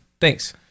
Thanks